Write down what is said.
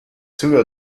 two